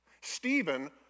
Stephen